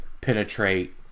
penetrate